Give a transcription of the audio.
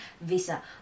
visa